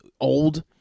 old